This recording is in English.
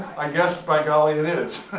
i guess by golly it is!